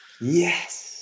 Yes